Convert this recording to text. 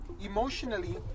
Emotionally